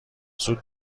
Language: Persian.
زود